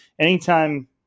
anytime